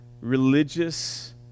religious